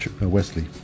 Wesley